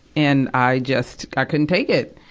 and i just, i couldn't take it,